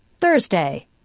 thursday